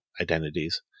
identities